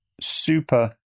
super